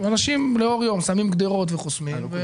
ואנשים לאור יום שמים גדרות וחוסמים את החופים.